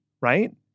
right